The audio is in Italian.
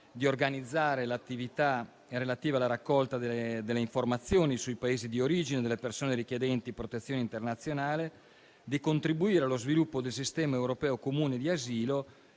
di organizzare l'attività relativa alla raccolta delle informazioni sui Paesi di origine delle persone richiedenti protezione internazionale; di contribuire allo sviluppo del sistema europeo comune di asilo,